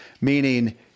meaning